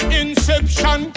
inception